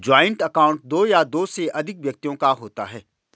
joint account दो या दो से अधिक व्यक्तियों का होता है